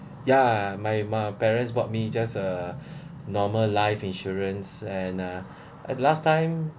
yeah my my parents bought me just a normal life insurance and uh at last time